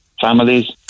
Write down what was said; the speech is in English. families